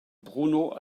bruno